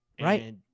Right